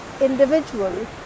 individual